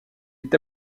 est